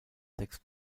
sechs